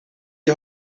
die